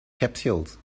capsules